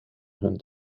hun